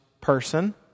person